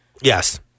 Yes